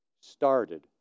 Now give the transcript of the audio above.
started